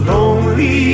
Lonely